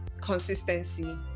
consistency